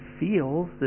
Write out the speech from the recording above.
feels